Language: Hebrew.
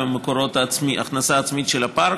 על הכנסה עצמית של הפארק.